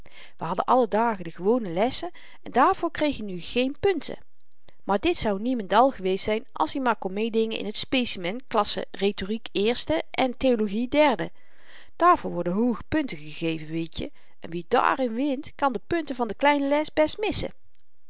we hadden alle dagen de gewone lessen en daarvoor kreeg i nu geen punten maar dit zou niemendal geweest zyn als i maar kon meedingen in t specimen klasse rhetoriek eerste en theologie derde daarvoor worden hooge punten gegeven weetje en wie dààrin wint kan de punten van de kleine les best missen